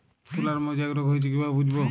তুলার মোজাইক রোগ হয়েছে কিভাবে বুঝবো?